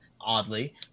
oddly